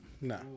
no